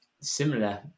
similar